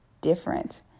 different